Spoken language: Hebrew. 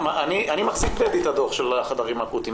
אני מחזיק בידי את הדו"ח של החדרים האקוטיים.